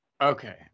Okay